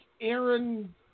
Aaron